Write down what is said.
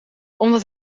omdat